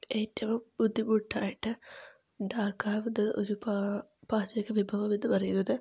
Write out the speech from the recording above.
ഏറ്റവും ബുദ്ധിമുട്ടായിട്ട് ഉണ്ടാക്കാവുന്ന ഒരു പാചക വിഭവം എന്നുപറയുന്നത്